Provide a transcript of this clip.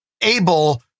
able